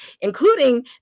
including